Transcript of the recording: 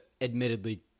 admittedly